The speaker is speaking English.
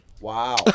Wow